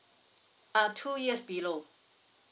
uh two years below